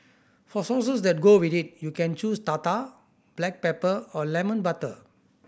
for sauces that go with it you can choose tartar black pepper or lemon butter